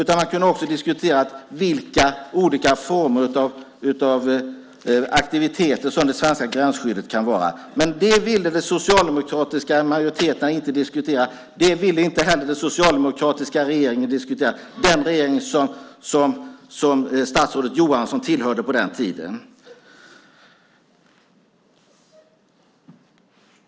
Man kunde också ha diskuterat olika former av aktiviteter för det svenska gränsskyddet. Men det ville de socialdemokratiska majoriteterna inte diskutera. Det ville inte heller den socialdemokratiska regeringen diskutera, den regering som statsrådet Johansson tillhörde på den tiden.